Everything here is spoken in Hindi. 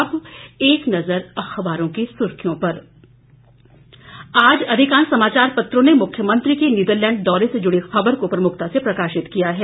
अब एक नजर अखबारों की सुर्खियों पर आज अधिकांश समाचार पत्रों ने मुख्यमंत्री के नीदरलैंड दौरे से जुड़ी ख़बर को प्रमुखता से प्रकाशित किया है